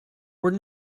were